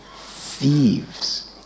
thieves